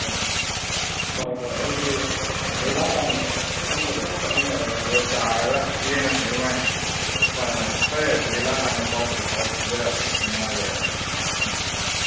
ꯑꯣ ꯍꯣꯏ ꯍꯣꯏ ꯑꯗꯨꯗꯤ ꯑꯩ ꯂꯥꯛ ꯀꯥꯟꯗ ꯃꯐꯝꯗꯨꯗ ꯆꯠꯃꯤꯟꯅꯔꯒ ꯍꯣꯔꯦꯟ ꯆꯥꯔꯒ ꯌꯦꯡꯉꯁꯦ ꯑꯗꯨꯃꯥꯏꯅ ꯍꯣꯏ ꯍꯣꯏ ꯐꯔꯦ ꯑꯗꯨꯗꯤ ꯂꯥꯛ ꯀꯥꯟꯗ ꯄꯥꯎ ꯄꯥꯎ ꯄꯤꯖꯔꯛꯑꯒꯦ ꯌꯥꯝ ꯅꯨꯡꯉꯥꯏꯖꯔꯦ ꯊꯝꯃꯒꯦ ꯊꯝꯃꯒꯦ ꯐꯔꯦ ꯐꯔꯦ